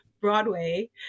broadway